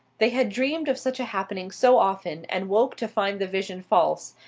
they had dreamed of such a happening so often and woke to find the vision false,